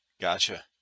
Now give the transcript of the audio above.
Gotcha